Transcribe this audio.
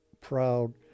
proud